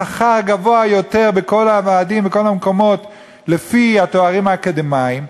השכר גבוה יותר בכל הוועדים ובכל המקומות לפי התארים האקדמיים,